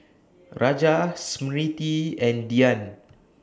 Raja Smriti and Dhyan